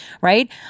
right